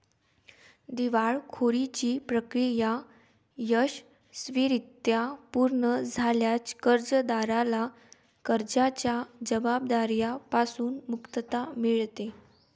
दिवाळखोरीची प्रक्रिया यशस्वीरित्या पूर्ण झाल्यास कर्जदाराला कर्जाच्या जबाबदार्या पासून मुक्तता मिळते